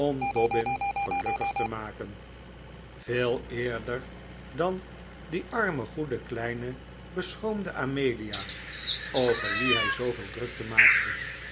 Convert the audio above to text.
dobbin gelukkig te maken veel eerder dan die arme goede kleine beschroomde amelia over wie hij zooveel drukte maakte